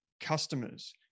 customers